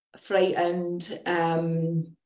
frightened